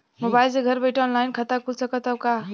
Mobile से घर बैठे ऑनलाइन खाता खुल सकत हव का?